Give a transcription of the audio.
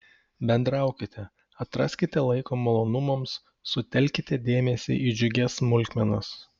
bendraukite atraskite laiko malonumams sutelkite dėmesį į džiugias smulkmenas